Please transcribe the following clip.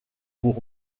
pour